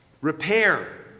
Repair